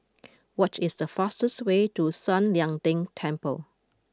what is the fastest way to San Lian Deng Temple